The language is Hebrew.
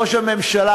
ראש הממשלה,